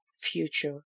future